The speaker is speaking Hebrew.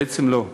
בעצם לא,